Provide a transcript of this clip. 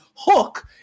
hook